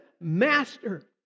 Master